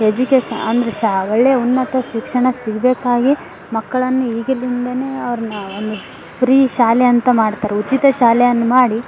education ಅಂದರೆ ಶಾ ಒಳ್ಳೆಯ ಉನ್ನತ ಶಿಕ್ಷಣ ಸಿಗಬೇಕಾಗೇ ಮಕ್ಕಳನ್ನು ಈಗಲಿಂದನೇ ಅವ್ರನ್ನ ಒಂದು ಫ್ರೀ ಶಾಲೆ ಅಂತ ಮಾಡ್ತಾರ್ ಉಚಿತ ಶಾಲೆಯನ್ನು ಮಾಡಿ